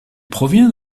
provient